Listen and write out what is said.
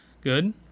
Good